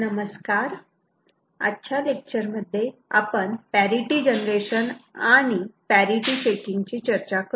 नमस्कार आजच्या लेक्चर मध्ये आपण पॅरिटि जनरेशन आणि पॅरिटि चेकिंग ची चर्चा करू